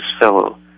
fellow